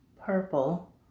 purple